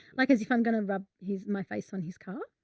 like as if i'm going to rub his, my face on his car.